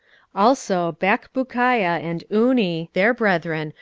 also bakbukiah and unni, their brethren,